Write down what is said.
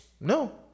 No